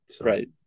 Right